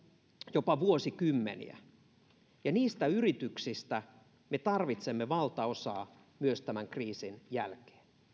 jopa vuosikymmeniä niistä yrityksistä me tarvitsemme valtaosaa myös tämän kriisin jälkeen